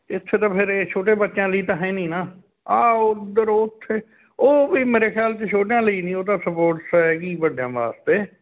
ਇੱਥੇ ਤਾਂ ਫਿਰ ਇਹ ਛੋਟੇ ਬੱਚਿਆਂ ਲਈ ਤਾਂ ਹੈ ਨਹੀਂ ਨਾ ਆਹ ਉੱਧਰੋਂ ਉੱਥੇ ਉਹ ਵੀ ਮੇਰੇ ਖਿਆਲ 'ਚ ਛੋਟਿਆਂ ਲਈ ਨਹੀਂ ਉਹ ਤਾਂ ਸਪੋਰਟਸ ਹੈਗੀ ਵੱਡਿਆਂ ਵਾਸਤੇ